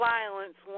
Violence